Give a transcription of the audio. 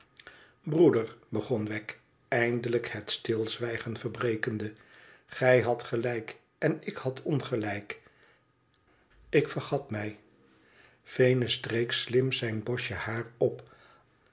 broeder begon weg j eindelijk het stilzwijgen verbrekende gij hadt gelijk en ik had ongelijk ik vergat mij venus streek slim zijn bosje haar op